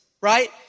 right